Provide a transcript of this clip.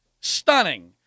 stunning